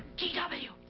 g w!